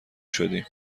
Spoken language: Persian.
شدیم